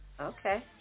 Okay